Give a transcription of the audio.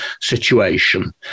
situation